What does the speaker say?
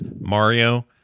Mario